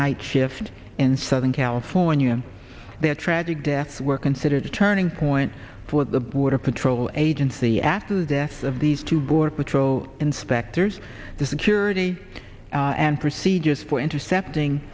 night shift in southern california their tragic deaths were considered a turning point for the border patrol since the after the deaths of these two border patrol inspectors the security and procedures for intercepting